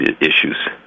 issues